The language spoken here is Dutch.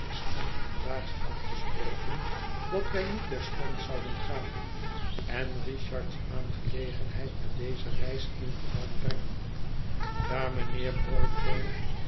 des anderen daags afgesproken dat wij nu terstond zouden gaan en richard's aangelegenheid met deze reis in verband brengen daar mijnheer